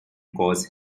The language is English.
cause